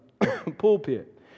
pulpit